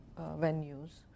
venues